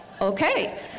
okay